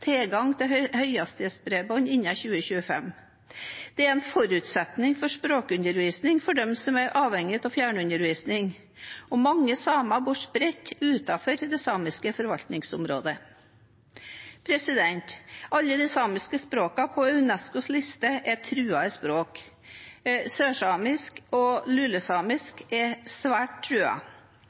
tilgang til høyhastighetsbredbånd innen 2025. Det er en forutsetning for språkundervisning for dem som er avhengig av fjernundervisning, og mange samer bor spredt utenfor det samiske forvaltningsområdet. Alle de samiske språkene er på UNESCOs liste over truede språk. Sørsamisk og lulesamisk er svært